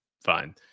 Fine